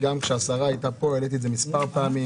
גם כשהשרה הייתה פה העליתי את זה מספר פעמים,